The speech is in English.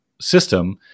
system